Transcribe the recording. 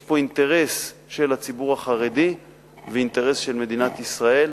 יש פה אינטרס של הציבור החרדי ואינטרס של מדינת ישראל,